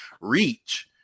reach